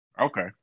Okay